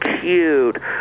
cute